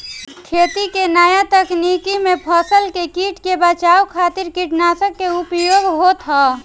खेती के नया तकनीकी में फसल के कीट से बचावे खातिर कीटनाशक के उपयोग होत ह